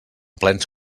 plens